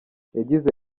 yagize